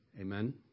Amen